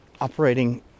operating